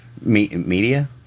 Media